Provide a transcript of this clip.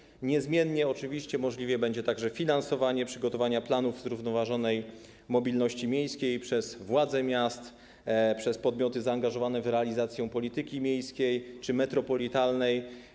Oczywiście niezmiennie możliwe będzie także finansowanie przygotowania planów zrównoważonej mobilności miejskiej przez władze miast i przez podmioty zaangażowane w realizację polityki miejskiej czy metropolitalnej.